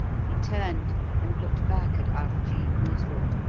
he turned and looked back at arjeeb noosrut,